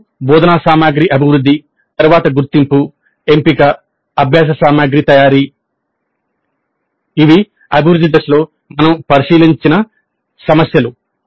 అప్పుడు బోధనా సామగ్రి అభివృద్ధి తరువాత గుర్తింపు ఎంపిక అభ్యాస సామగ్రి తయారీ ఇవి అభివృద్ధి దశలో మనం పరిశీలించిన సమస్యలు